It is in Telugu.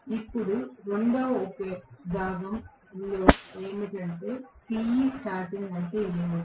ఇప్పుడు రెండవ ఉపవిభాగం ఏమిటంటే Te starting అంటే ఏమిటి